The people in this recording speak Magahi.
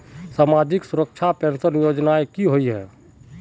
सामाजिक सुरक्षा पेंशन योजनाएँ की होय?